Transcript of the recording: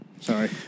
Sorry